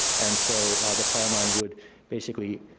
and so the plan line would basically,